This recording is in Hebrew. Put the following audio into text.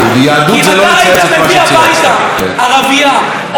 אני חושב שרובנו אמרנו שאנחנו